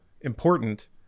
important